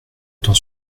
temps